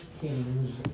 Kings